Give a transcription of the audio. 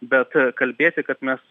bet kalbėti kad mes